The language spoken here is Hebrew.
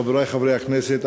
חברי חברי הכנסת,